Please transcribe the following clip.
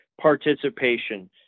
participation